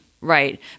Right